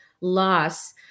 loss